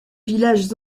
villages